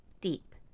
deep